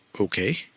Okay